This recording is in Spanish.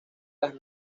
las